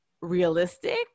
realistic